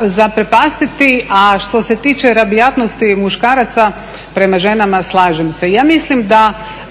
zaprepastiti, a što se tiče rabijatnosti muškaraca prema ženama, slažem se.